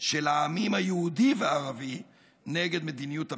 של העמים היהודי והערבי נגד מדיניות המלחמה,